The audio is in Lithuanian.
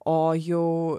o jau